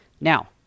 now